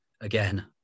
Again